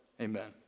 Amen